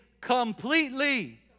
completely